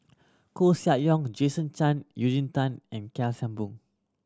Koeh Sia Yong Jason Chan Eugene Tan and Kheng Boon